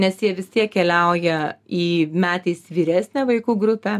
nes jie vis tiek keliauja į metais vyresnę vaikų grupę